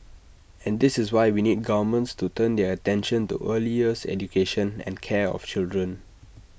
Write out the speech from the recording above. and this is why we need governments to turn their attention to early years education and care of children